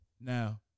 Now